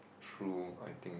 true I think